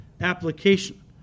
application